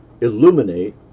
illuminate